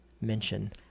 mention